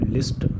List &